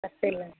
தப்பில்லை